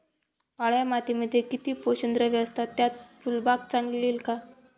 काळ्या मातीमध्ये किती पोषक द्रव्ये असतात, त्यात फुलबाग चांगली येईल का?